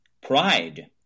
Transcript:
Pride